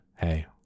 hey